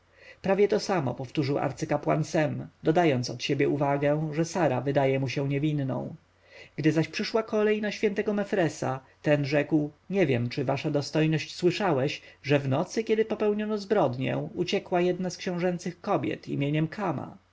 prawie to samo powtórzył arcykapłan sem dodając od siebie uwagę że sara wydaje mu się niewinną gdy zaś przyszła kolej na świętego mefresa ten rzekł nie wiem czy wasza dostojność słyszałeś że w nocy kiedy spełniono zbrodnię uciekła jedna z książęcych kobiet imieniem kama